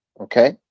Okay